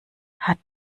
hat